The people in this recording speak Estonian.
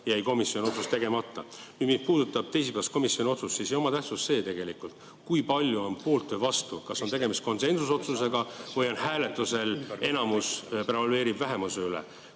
jäi komisjoni otsus tegemata. Mis puudutab teisipäevast komisjoni otsust, siis ei oma tähtsust tegelikult, kui palju on poolt või vastu, kas on tegemist konsensusotsusega või hääletusel enamus prevaleerib vähemuse üle.